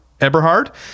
eberhard